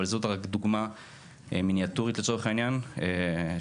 אבל זאת רק דוגמה מיניאטורית שלא מעיבה